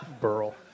Burl